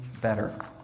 better